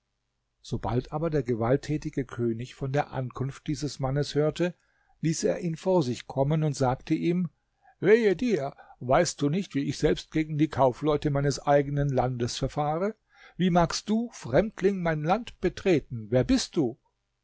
sobald aber der gewalttätige könig von der ankunft dieses mannes hörte ließ er ihn vor sich kommen und sagte ihm wehe dir weißt du nicht wie ich selbst gegen die kaufleute meines eigenen landes verfahre wie magst du fremdling mein land betreten wer bist du